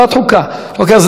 אז נצביע.